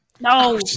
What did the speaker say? No